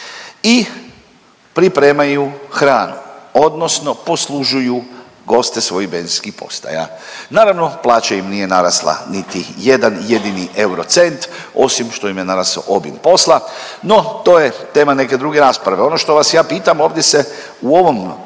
i pripremaju hranu, odnosno poslužuju goste svojih benzinskih postaja. Naravno plaća im nije narasla niti jedan jedini euro cent osim što im je narastao obim posla. No, to je tema neke druge rasprave. Ono što vas ja pitam ovdje se u ovom stavku